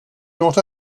not